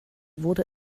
wurde